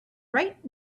right